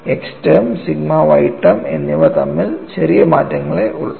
x term sigma y term എന്നിവ തമ്മിൽ ചെറിയ മാറ്റങ്ങളെ ഉള്ളൂ